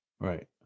Right